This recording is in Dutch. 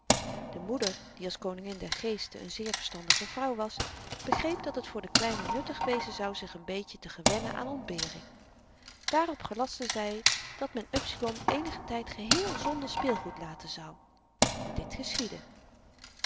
de moeder die als koningin der geesten n zeer verstandige vrouw was begreep dat het voor den kleine nuttig wezen zou zich n beetje te gewennen aan ontbering daarop gelastte zy dat men upsilon eenigen tyd geheel zonder speelgoed laten zou dit geschiedde